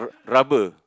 r~ rubber